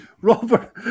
robert